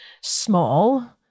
small